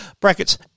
brackets